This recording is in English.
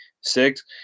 six